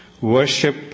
worship